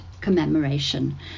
commemoration